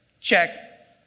check